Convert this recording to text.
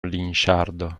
linŝardo